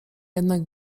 jednak